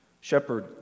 shepherd